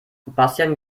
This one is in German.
bastian